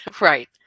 right